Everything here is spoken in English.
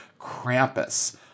Krampus